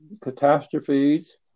catastrophes